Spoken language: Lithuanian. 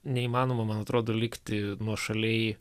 neįmanoma man atrodo likti nuošaliai